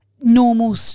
normal